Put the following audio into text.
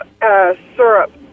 syrup